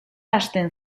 hasten